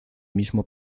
mismo